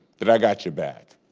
that i got your back.